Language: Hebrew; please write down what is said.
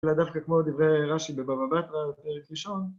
‫זה לא דווקא כמו דברי רשי ‫בבבא בתרא בפרק ראשון.